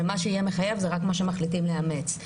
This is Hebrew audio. ומה שיהיה מחייב זה רק מה שמחליטים לאמץ.